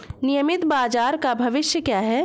नियमित बाजार का भविष्य क्या है?